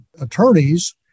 attorneys